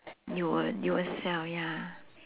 you will you will sell ya